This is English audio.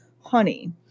honey